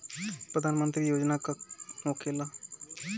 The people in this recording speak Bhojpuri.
प्रधानमंत्री योजना का होखेला?